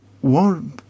One